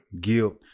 guilt